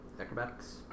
Acrobatics